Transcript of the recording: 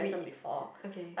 we okay